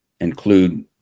include